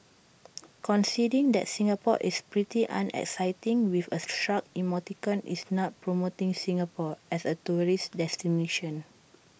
conceding that Singapore is pretty unexciting with A shrug emoticon is not promoting Singapore as A tourist destination